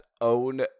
own